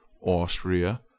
Austria